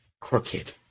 crooked